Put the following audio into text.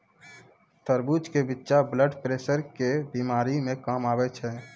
तरबूज के बिच्चा ब्लड प्रेशर के बीमारी मे काम आवै छै